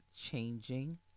changing